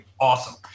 awesome